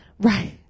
Right